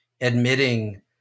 admitting